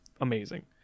amazing